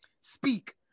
speak